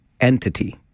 entity